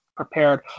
Prepared